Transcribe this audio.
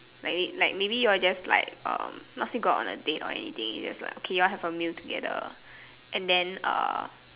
like it like maybe you all just like um not say go out on a date or anything like you all have a meal together and then uh